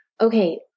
okay